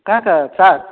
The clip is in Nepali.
कहाँ कहाँ चार